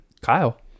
Kyle